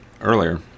earlier